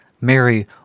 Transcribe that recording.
Mary